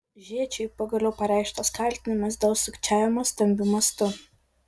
žėčiui pagaliau pareikštas kaltinimas dėl sukčiavimo stambiu mastu